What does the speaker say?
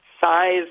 size